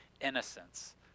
innocence